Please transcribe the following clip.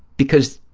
because